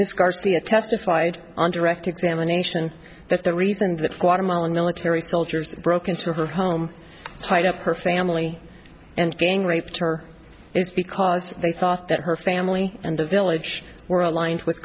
miss garcia testified on direct examination that the reason that watermelon military soldiers broke into her home tied up her family and gang raped her it's because they thought that her family and the village were aligned with